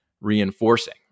reinforcing